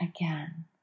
again